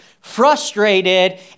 frustrated